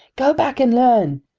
go back and learn.